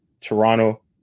Toronto